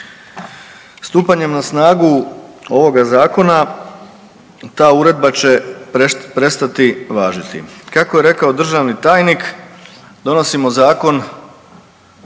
Stupanjem na snagu ovoga zakona ta uredba će prestati važiti. Kako je rekao državni tajnik donosimo zakon